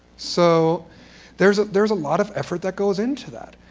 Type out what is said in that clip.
so there's there's a lot of effort that goes into that.